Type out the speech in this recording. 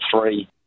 three